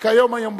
לקיים היום בכנסת,